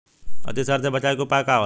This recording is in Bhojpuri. अतिसार से बचाव के उपाय का होला?